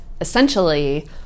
essentially